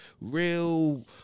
Real